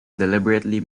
deliberately